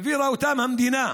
העבירה המדינה,